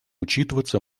учитываться